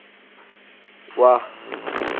ৱাহ